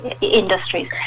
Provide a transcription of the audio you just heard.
industries